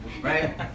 right